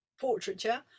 Portraiture